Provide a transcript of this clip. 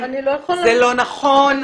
זה לא נכון -- אני לא יכולה,